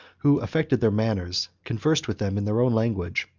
who affected their manners, conversed with them in their own language,